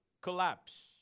collapse